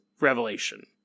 revelation